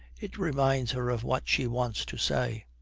it reminds her of what she wants to say.